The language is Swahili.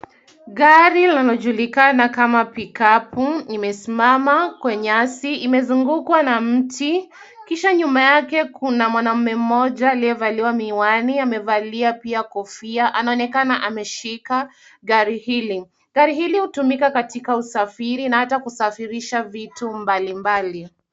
Gari linalojulikana kama Pick-up limesimama kwa nyasi. Imezungukwa na mti kisha nyuma yake kuna mwanaume mmoja aliyevalia miwani, amevalia pia kofia. Anaonekana ameshika gari hili. Gari hili hutumika katika usafiri na hata kusafirisha vitu mbalimbali.